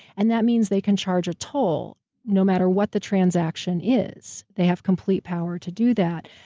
and that means they can charge a toll no matter what the transaction is. they have complete power to do that.